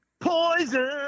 Poison